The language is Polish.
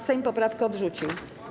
Sejm poprawkę odrzucił.